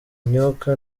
myuka